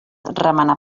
remenar